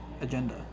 agenda